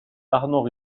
arnaud